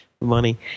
money